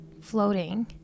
floating